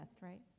right